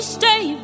stay